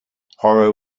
horror